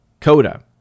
Coda